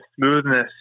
smoothness